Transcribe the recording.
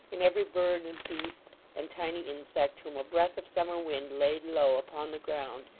in every bird, and beast, and tiny insect whom a breath of summer wind laid low upon the ground,